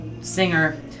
singer